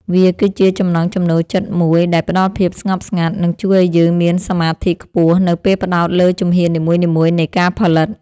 វាគឺជាចំណង់ចំណូលចិត្តមួយដែលផ្ដល់ភាពស្ងប់ស្ងាត់ និងជួយឱ្យយើងមានសមាធិខ្ពស់នៅពេលផ្ដោតលើជំហាននីមួយៗនៃការផលិត។